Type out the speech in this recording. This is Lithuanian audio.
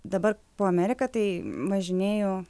dabar po ameriką tai važinėju